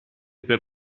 per